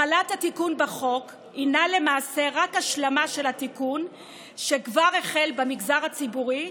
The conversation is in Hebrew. החלת התיקון בחוק היא למעשה רק השלמה של התיקון שכבר החל במגזר הציבורי,